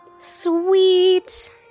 Sweet